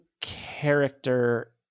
character